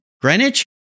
Greenwich